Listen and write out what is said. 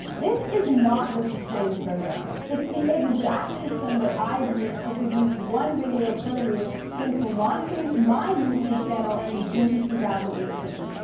this is not just a training program. it's the exact system that i've used to produce one video per week since launching my youtube channel in june two thousand and eighteen.